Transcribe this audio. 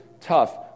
tough